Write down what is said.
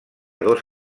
dos